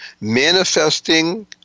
Manifesting